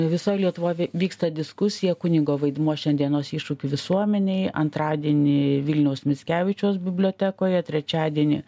visoj lietuvoj vyksta diskusija kunigo vaidmuo šiandienos iššūkių visuomenei antradienį vilniaus mickevičiaus bibliotekoje trečiadienį